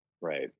right